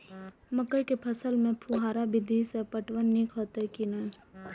मकई के फसल में फुहारा विधि स पटवन नीक हेतै की नै?